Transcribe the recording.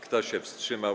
Kto się wstrzymał?